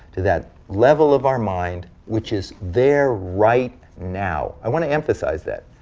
to that level of our mind which is there right now. i want to emphasize that.